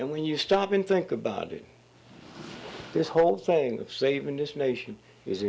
and when you stop and think about it this whole phone of saving this nation is